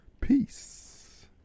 Peace